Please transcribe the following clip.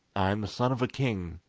i am the son of a king,